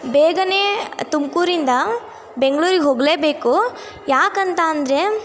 ಬೇಗನೇ ತುಮಕೂರಿಂದ ಬೆಂಗಳೂರಿಗೆ ಹೋಗಲೇಬೇಕು ಯಾಕಂತ ಅಂದರೆ